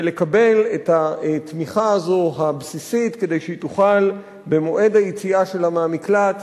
ולקבל את התמיכה הבסיסית הזו כדי שהיא תוכל במועד היציאה שלה מהמקלט